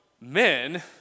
men